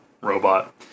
robot